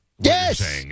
Yes